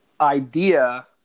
idea